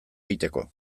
egiteko